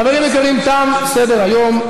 חברים יקרים, תם סדר-היום.